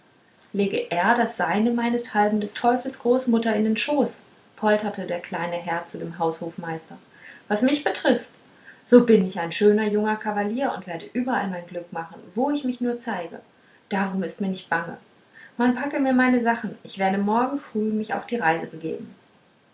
lege er das seine meinethalben des teufels großmutter in den schoß polterte der kleine herr zu dem haushofmeister was mich betrifft so bin ich ein schöner junger kavalier und werde überall mein glück machen wo ich mich nur zeige darum ist mir nicht bange man packe mir meine sachen ich werde morgen früh mich auf die reise begeben